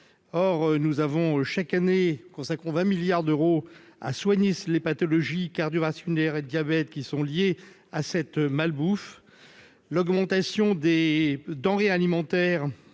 Or nous consacrons chaque année 20 milliards d'euros à soigner les pathologies cardiovasculaires et le diabète qui sont liés à cette malbouffe. L'augmentation des denrées et des